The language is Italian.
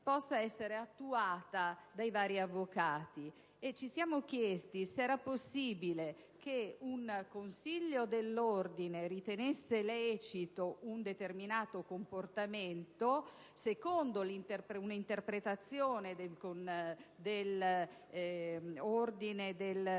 possa essere attuata dai vari avvocati, e ci siamo chiesti se era possibile che un Consiglio dell'Ordine ritenesse lecito un determinato comportamento secondo un'interpretazione del codice